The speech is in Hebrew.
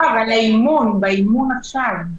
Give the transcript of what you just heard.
באימון עכשיו?